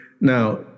Now